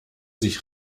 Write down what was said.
sich